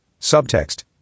subtext